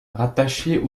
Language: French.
rattachés